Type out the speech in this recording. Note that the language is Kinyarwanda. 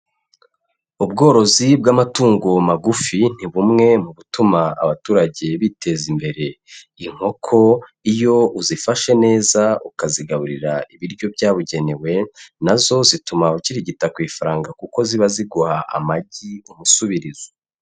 Ubworozi bw'amatungo magufi ni bumwe mu butuma abaturage biteza imbere, inkoko iyo uzifashe neza ukazigaburira ibiryo byabugenewe, na zo zituma ukirigita ku ifaranga kuko ziba ziguha amagi umusubirizo.